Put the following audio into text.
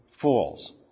fools